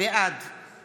של חברי הכנסת איימן עודה,